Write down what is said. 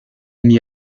mis